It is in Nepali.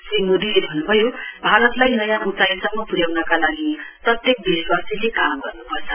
श्री मोदीले भन्नुभयो भारतलाई नयाँ ऊचाईसम्म पुर्याउनका लागि प्रत्येक देशवासीले काम गर्नुपर्छ